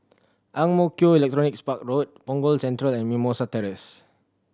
Ang Mo Kio Electronics Park Road Punggol Central and Mimosa Terrace